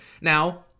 Now